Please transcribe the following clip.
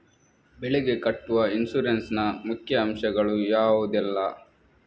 ಬೆಳೆಗೆ ಕಟ್ಟುವ ಇನ್ಸೂರೆನ್ಸ್ ನ ಮುಖ್ಯ ಅಂಶ ಗಳು ಯಾವುದೆಲ್ಲ?